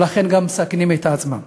ולכן גם מסכנים את עצמם.